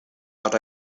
but